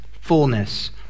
fullness